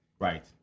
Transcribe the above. Right